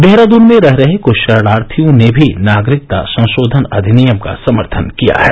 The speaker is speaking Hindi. देहरादून में रह रहे कुछ शरणार्थियों ने भी नागरिकता संशोधन अधिनियम का समर्थन किया है